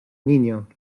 niño